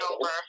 over